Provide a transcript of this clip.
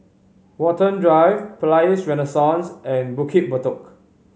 Watten Drive Palais Renaissance and Bukit Batok